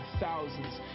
thousands